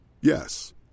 Yes